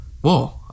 whoa